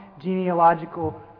genealogical